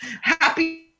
happy